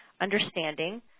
understanding